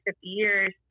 years